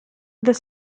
del